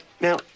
now